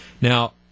now